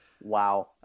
Wow